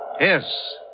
Yes